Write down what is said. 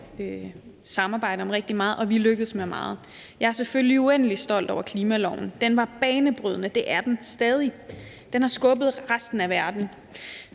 samarbejde om rigtig meget, og at vi er lykkedes med meget. Jeg er selvfølgelig uendelig stolt over klimaloven. Den var banebrydende, og det er den stadig. Den har skubbet til resten af verden.